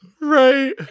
right